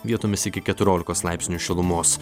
vietomis iki keturiolikos laipsnių šilumos